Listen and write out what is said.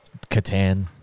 Catan